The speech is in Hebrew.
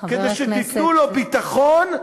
כדי שתיתנו לו ביטחון,